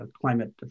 climate